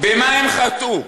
במה הם חטאו?